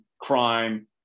crime